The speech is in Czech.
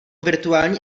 virtuální